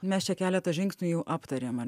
mes čia keletą žingsnių jau aptarėm ar